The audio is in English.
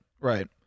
right